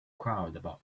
crowd